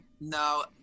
no